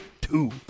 two